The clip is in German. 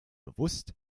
bewusst